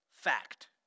Fact